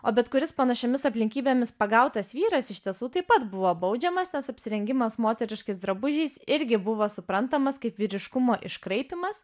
o bet kuris panašiomis aplinkybėmis pagautas vyras iš tiesų taip pat buvo baudžiamas nes apsirengimas moteriškais drabužiais irgi buvo suprantamas kaip vyriškumo iškraipymas